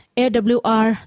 awr